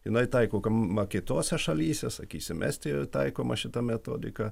jinai taikoma kitose šalyse sakysim estijoje taikoma šita metodika